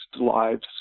lives